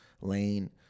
lane